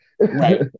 Right